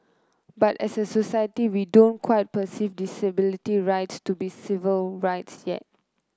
but as a society we don't quite perceive disability rights to be civil rights yet